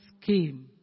came